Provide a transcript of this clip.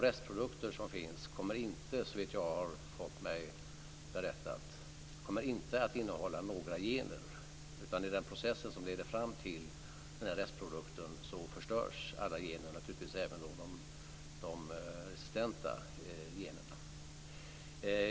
Restprodukterna kommer inte, enligt vad jag har fått mig berättat, att innehålla några gener, utan i den process som leder fram till restprodukten förstörs alla gener, naturligtvis även de resistenta.